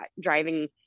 driving